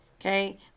Okay